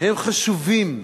הם חשובים,